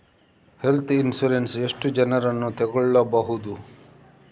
Health insurance ಎಷ್ಟು ಜನರನ್ನು ತಗೊಳ್ಬಹುದು?